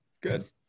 Good